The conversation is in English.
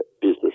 business